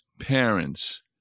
parents